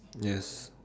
yes